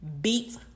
beat